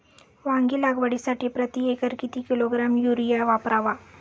वांगी लागवडीसाठी प्रती एकर किती किलोग्रॅम युरिया वापरावा?